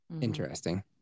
Interesting